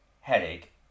headache